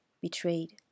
betrayed